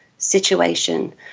situation